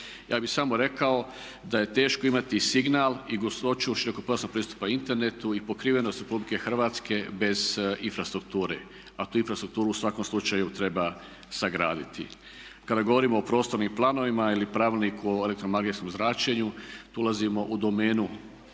Ja bi samo rekao da je teško imati signal i gustoću širokopojasnog pristupa internetu i pokrivenost RH bez infrastrukture, a tu infrastrukturu u svakom slučaju treba sagraditi. Kada govorimo o prostornim planovima ili pravilniku o elektromagnetskom zračenju tu ulazimo u domenu